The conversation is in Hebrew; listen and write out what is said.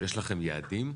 יש לכם יעדים?